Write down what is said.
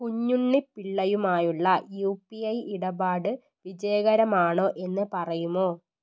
കുഞ്ഞുണ്ണി പിള്ളയുമായുള്ള U P I ഇടപാട് വിജയകരമാണോ എന്ന് പറയുമോ